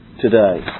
today